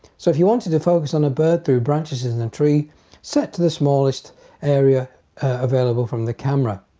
so if you wanted to focus on a bird through branches in a tree set to the smallest area available from the camera.